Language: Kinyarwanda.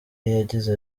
yagize